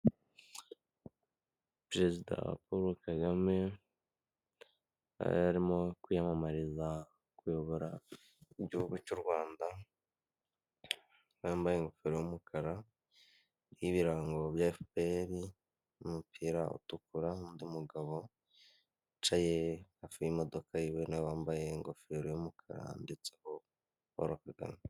Peresida Paul KAGAME yararimo kwiyamamariza koyobora igihugu cy' u Rwanda, uriya wamabaye igofero yumukara iriho ibirango bya FPR n'umupira utukura, nundi mugabo wicaye hafi yimodoka yiwe nawe yamabaye ingofero yumukara yanditseho Paul KAGAME.